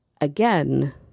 again